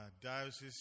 diocese